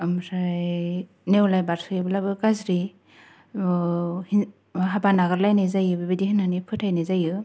ओमफ्राय नेवलाय बारसयोब्लाबो गाज्रि हाबा नागारलायनाय जायो बेबायदि होन्ना फोथायनाय जायो